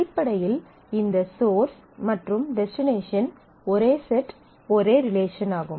அடிப்படையில் இந்த சோர்ஸ் மற்றும் டெஸ்டினேஷன் ஒரே செட் ஒரே ரிலேஷன் ஆகும்